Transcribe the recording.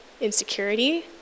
insecurity